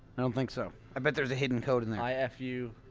i don't think so i bet there's a hidden code in there i f u.